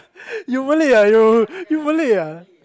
you Malay ah you you Malay ah